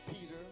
Peter